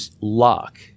lock